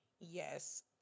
Yes